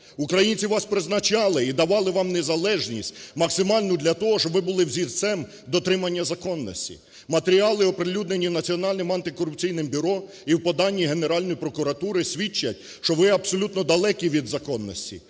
Українці вас призначали і давали вам незалежність максимальну для того, щоб були взірцем дотримання законності. Матеріали, оприлюднені Національним антикорупційним бюро і в поданні Генеральної прокуратури, свідчать, що ви абсолютно далекі від законності.